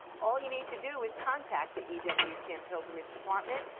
all you need to do is contact the ewtn pilgrimage department.